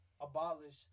abolish